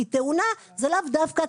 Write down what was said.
כי תאונה זה לאו דווקא,